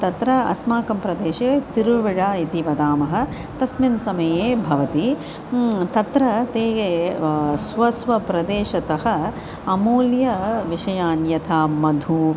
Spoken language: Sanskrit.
तत्र अस्माकं प्रदेशे तिरुवेरा इति वदामः तस्मिन् समये भवति तत्र ते ये स्व स्व प्रदेशतः अमूल्यविषयान् यथा मधु